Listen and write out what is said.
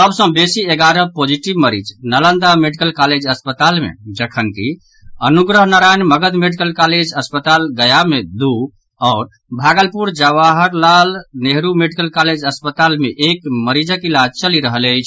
सभ सँ बेसी एगारह पोजिटिव मरीज नालंदा मेडिकल कॉलेज अस्पताल मे जखनकि अनुग्रह नारायण मगध मेडिकल कॉलेज अस्पताल गया मे दू आओर भागलपुर जवाहर लाल नेहरू मेडिकल कॉलेज अस्पताल में एक मरीजक इलाज चलि रहल अछि